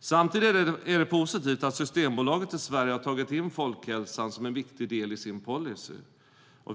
Samtidigt är det positivt att Systembolaget i Sverige har tagit in folkhälsan som en viktig del i sin policy.